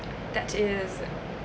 that is